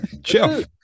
Jeff